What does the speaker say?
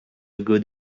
good